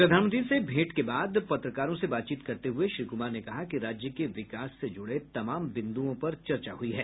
प्रधानमंत्री से भेंट के बाद पत्रकारों से बातचीत करते हुए श्री कुमार ने कहा कि राज्य के विकास से जुड़े तमाम बिन्दुओं पर चर्चा हुई है